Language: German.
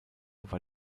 war